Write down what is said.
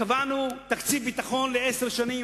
קבענו תקציב ביטחון לעשר שנים,